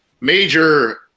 Major